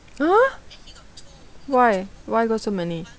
!huh! why why got so many